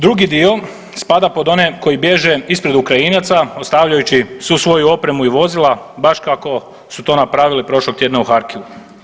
Drugi dio spada pod one koji bježe ispred Ukrajinaca ostavljajući svu svoju opremu i vozila baš kako su to napravili prošlog tjedna u Harkivu.